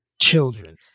children